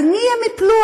על מי הן ייפלו?